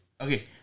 Okay